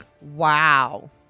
Wow